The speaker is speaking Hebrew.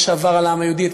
את מה שעבר על העם היהודי,